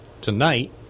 tonight